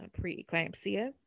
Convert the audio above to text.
preeclampsia